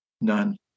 None